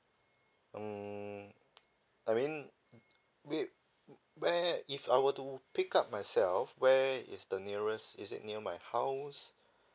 mm I mean whe~ where if I were to pick up myself where is the nearest is it near my house